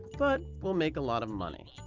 but we'll make a lot of money.